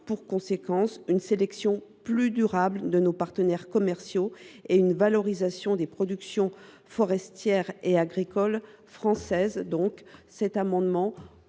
pour conséquence une sélection plus durable de nos partenaires commerciaux et une valorisation des productions forestières et agricoles françaises. Le présent amendement